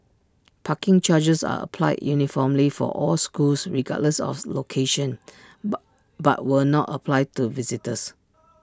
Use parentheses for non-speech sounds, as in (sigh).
parking charges are applied uniformly for all schools regardless of location (unintelligible) but will not apply to visitors